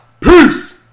Peace